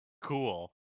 cool